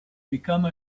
become